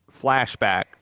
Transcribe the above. flashback